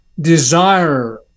desire